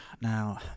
Now